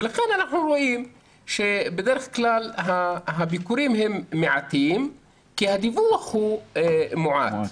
לכן אנחנו רואים שהביקורים מעטים כי הדיווח מועט.